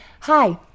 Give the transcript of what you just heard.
Hi